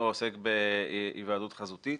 עוסק בהיוועדות חזותית,